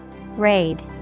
Raid